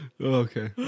Okay